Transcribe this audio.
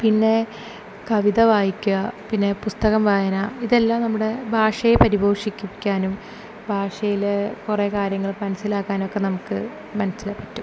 പിന്നെ കവിത വായിക്കുക പിന്നെ പുസ്തകം വായന ഇതെല്ലാം നമ്മുടെ ഭാഷയെ പരിപോഷിപ്പിക്കാനും ഭാഷയിലെ കുറെ കാര്യങ്ങൾ മനസ്സിലാക്കാനൊക്കെ നമുക്ക് മനസ്സിലാക്കാൻ പറ്റും